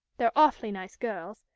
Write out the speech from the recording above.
they're awfully nice girls,